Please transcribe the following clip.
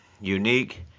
unique